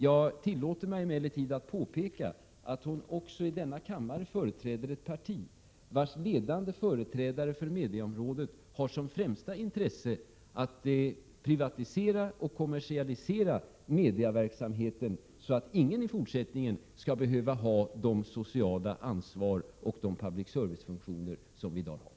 Jag tillåter mig emellertid att påpeka att hon också i denna kammare företräder ett parti vars ledande företrädare för mediaområdet har som främsta intresse att privatisera och kommersialisera mediaverksamheten så att ingen i fortsättningen skall behöva ha det sociala ansvar och de public service-funktioner som i dag finns.